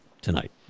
tonight